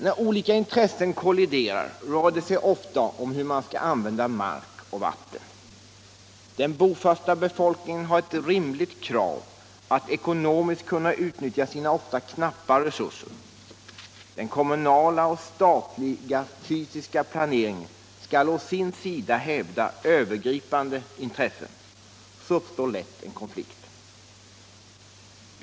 När olika intressen kolliderar rör det sig ofta om hur man skall använda mark och vatten. Den bofasta befolkningen har ett rimligt krav att ekonomiskt kunna utnyttja sina ofta knappa resurser. Den kommunala och statliga fysiska planeringen skall å sin sida hävda övergripande intressen. Så uppstår lätt en konflikt.